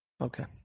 Okay